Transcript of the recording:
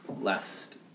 last